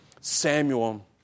Samuel